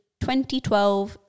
2012